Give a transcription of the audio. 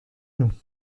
nous